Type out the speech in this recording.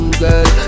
girl